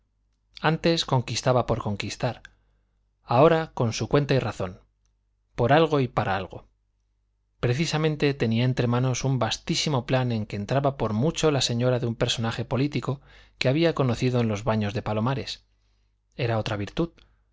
antes conquistaba por conquistar ahora con su cuenta y razón por algo y para algo precisamente tenía entre manos un vastísimo plan en que entraba por mucho la señora de un personaje político que había conocido en los baños de palomares era otra virtud